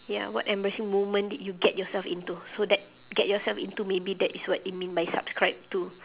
ya what embarrassing moment did you get yourself into so that get yourself into maybe that is what it mean by subscribe to